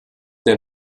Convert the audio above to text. der